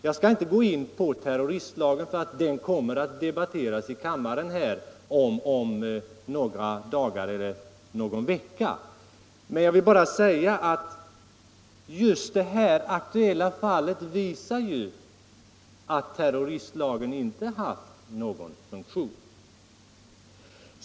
Jag skall inte gå in på terroristlagen, för den kommer att debatteras här i kammaren om någon vecka — men just det här aktuella fallet visar ju att terroristlagen inte haft någon funktion.